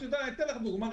אני אתן לך דוגמה.